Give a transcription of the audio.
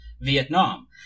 Vietnam